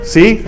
See